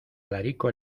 alarico